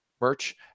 merch